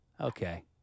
Okay